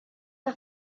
the